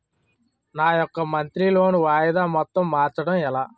నా యెక్క monthly loan వాయిదా మొత్తం మార్చడం ఎలా?